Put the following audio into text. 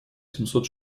семьсот